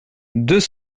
deux